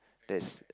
that's